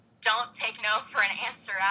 don't-take-no-for-an-answer